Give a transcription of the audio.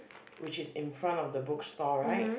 which is in front of the bookstore right